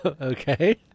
Okay